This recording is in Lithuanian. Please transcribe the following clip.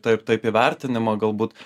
taip taip įvertinimą galbūt